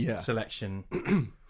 selection